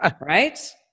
right